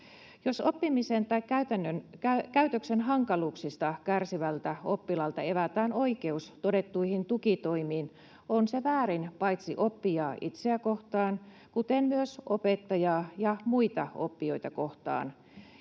Jos oppimisen tai käytöksen hankaluuksista kärsivältä oppilaalta evätään oikeus todettuihin tukitoimiin, on se väärin paitsi oppijaa itseä kohtaan myös opettajaa ja muita oppijoita kohtaan.